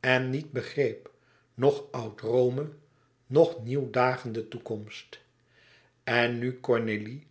en niet begreep noch oud rome nog nieuw dagende toekomst en nu cornélie